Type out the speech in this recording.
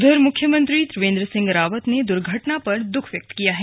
उधर मुख्यमंत्री त्रिवेन्द्र सिंह रावत ने हादसे पर दुख व्यक्त किया है